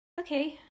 Okay